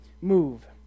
Move